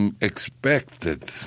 expected